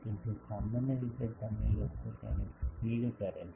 તેથી સામાન્ય રીતે તમે લોકો તેને ફીડ કરે છે